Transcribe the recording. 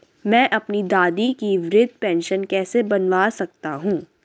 मैं अपनी दादी की वृद्ध पेंशन कैसे बनवा सकता हूँ?